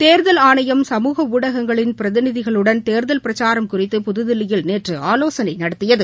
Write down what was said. தேர்தல் ஆணையம் சமூக ஊடகங்களின் பிரதிநிதிகளுடன் தேர்தல் பிரச்சாரம் குறித்து புதுதில்லியில் நேற்று ஆலோசனை நடத்தியது